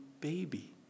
baby